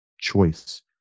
choice